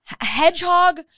hedgehog